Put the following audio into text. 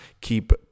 keep